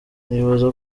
nibaza